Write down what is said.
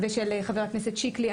ושל חבר הכנסת שיקלי.